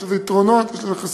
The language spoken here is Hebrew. יש לזה יתרונות, יש לזה חסרונות,